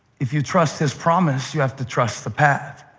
if you trust his promise, you have to trust the path.